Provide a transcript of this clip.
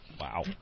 Wow